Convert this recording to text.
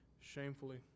shamefully